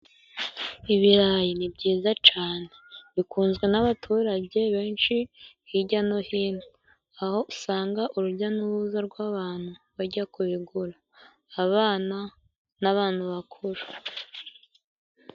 Ibirayi ni byiza cane. Bikunzwe n'abaturage benshi hirya no hino. Aho usanga urujya n'uruza rw'abantu bajya kugura:abana n'abantu bakuru.